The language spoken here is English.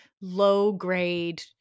low-grade